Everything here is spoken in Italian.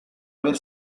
aver